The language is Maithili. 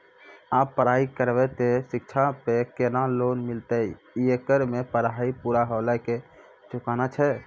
आप पराई करेव ते शिक्षा पे केना लोन मिलते येकर मे पराई पुरा होला के चुकाना छै?